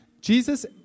Jesus